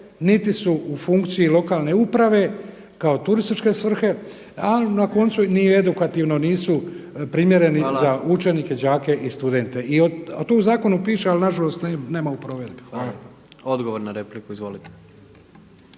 niti su u funkciji lokalne upravo kao turističke svrhe ali na koncu ni edukativno nisu primjereni za učenike, đake i studente. A to u zakonu piše ali nažalost nema u provedbi. Hvala. **Jandroković,